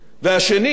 אמרתי מראש,